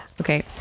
Okay